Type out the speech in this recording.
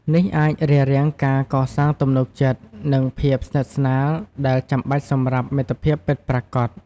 នេះអាចរារាំងការកសាងទំនុកចិត្ត និងភាពស្និទ្ធស្នាលដែលចាំបាច់សម្រាប់មិត្តភាពពិតប្រាកដ។